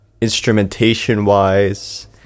instrumentation-wise